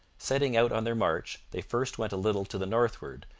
setting out on their march, they first went a little to the northward,